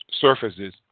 surfaces